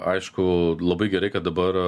aišku labai gerai kad dabar